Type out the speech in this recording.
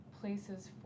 places